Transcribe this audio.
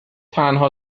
تنها